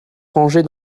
rangées